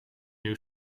new